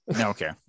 okay